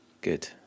good